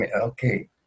okay